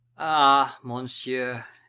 ah, monsieur,